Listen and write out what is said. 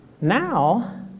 now